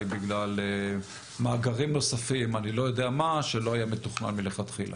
בגלל מאגרים נוספים שלא היה מתוכננים מלכתחילה.